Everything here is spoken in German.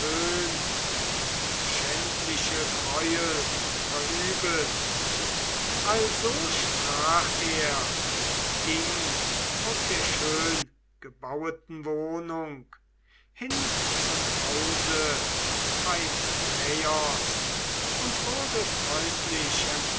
und schändliche greuel verübet also sprach er und ging aus der schöngebaueten wohnung hin zum hause peiraios und wurde